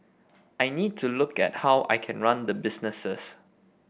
I need to look at how I can run the businesses